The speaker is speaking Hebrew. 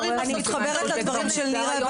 היום --- אני מתחברת לדברים של נירה,